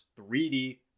3D